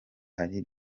hari